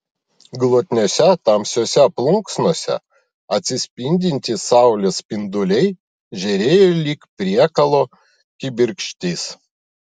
glotniose tamsiose plunksnose atsispindintys saulės spinduliai žėrėjo lyg priekalo kibirkštys